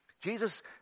Jesus